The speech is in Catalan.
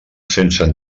sense